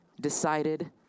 decided